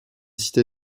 cités